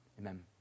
amen